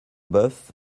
boeuf